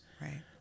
Right